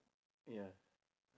ya